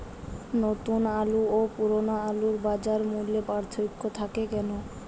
নতুন আলু ও পুরনো আলুর বাজার মূল্যে পার্থক্য থাকে কেন?